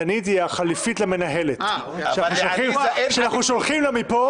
דנית היא החליפית למנהלת שאנחנו שולחים לה מפה,